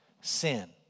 sin